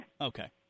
Okay